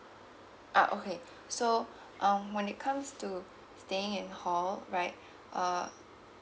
uh okay so um when it comes to staying in hall right uh